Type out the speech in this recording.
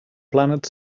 planet